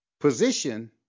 Position